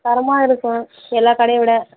தரமாக இருக்கும் எல்லா கடையை விட